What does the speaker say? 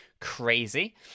crazy